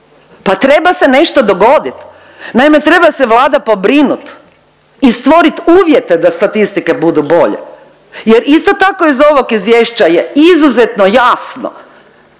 pa treba se nešto dogodit. Naime, treba se Vlada pobrinut i stvorit uvjete da statistike budu bolje jer isto tako iz ovog izvješća je izuzetno jasno